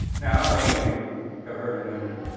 now, how many of you have heard an anemone?